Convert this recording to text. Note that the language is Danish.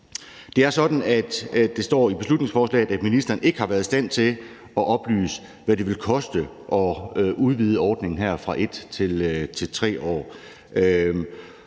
Det er sådan, at der står i beslutningsforslaget, at ministeren ikke har været i stand til at oplyse, hvad det vil koste at udvide ordningen her fra 1 til 3 år,